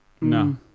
no